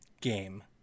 game